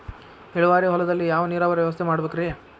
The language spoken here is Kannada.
ಇಳುವಾರಿ ಹೊಲದಲ್ಲಿ ಯಾವ ನೇರಾವರಿ ವ್ಯವಸ್ಥೆ ಮಾಡಬೇಕ್ ರೇ?